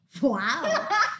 Wow